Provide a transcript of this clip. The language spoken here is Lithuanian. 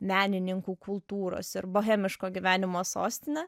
menininkų kultūros ir bohemiško gyvenimo sostine